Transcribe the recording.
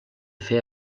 fer